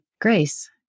grace